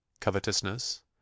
covetousness